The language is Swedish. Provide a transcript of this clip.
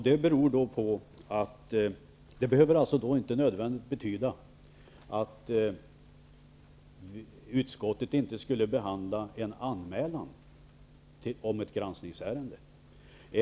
Det behöver inte nödvändigtvis betyda att utskottet inte skulle behandla en anmälan om ett granskningsärende.